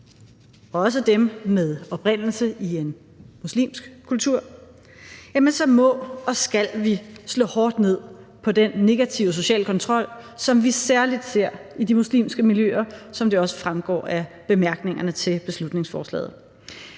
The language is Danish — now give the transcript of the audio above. for dem med oprindelse i en muslimsk kultur, så må og skal vi slå hårdt ned på den negative sociale kontrol, som vi særlig ser i de muslimske miljøer, som det også fremgår af bemærkningerne til beslutningsforslaget.